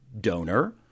donor